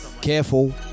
Careful